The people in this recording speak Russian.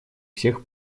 всех